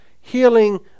healing